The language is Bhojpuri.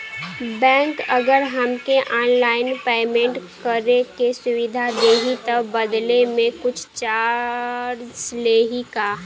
बैंक अगर हमके ऑनलाइन पेयमेंट करे के सुविधा देही त बदले में कुछ चार्जेस लेही का?